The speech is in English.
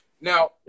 Now